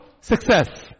success